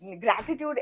gratitude